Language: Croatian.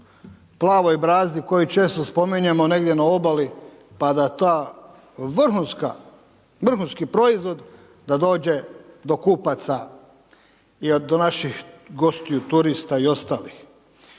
plavoj brazdi koju često spominjemo negdje na obali pa da ta vrhunski proizvod da dođe do kupaca i do naših gostiju, turista i ostalih.